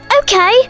Okay